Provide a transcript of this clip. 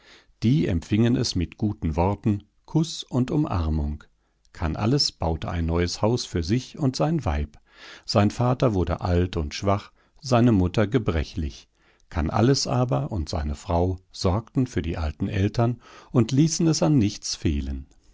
die empfingen es mit guten worten kuß und umarmung kannalles baute ein neues haus für sich und sein weib sein vater wurde alt und schwach seine mutter gebrechlich kannalles aber und seine frau sorgten für die alten eltern und ließen es an nichts fehlen